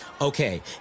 Okay